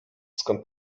skąd